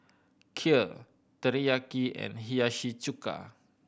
Kheer Teriyaki and Hiyashi Chuka